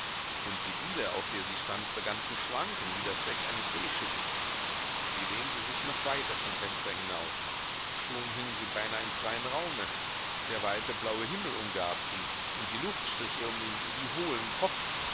und die diele auf der sie stand begann zu schwanken wie das deck eines seeschiffes sie lehnte sich noch weiter zum fenster hinaus schon hing sie beinahe im freien raume der weite blaue himmel umgab sie und die luft strich ihr um den wie hohlen kopf